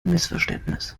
missverständnis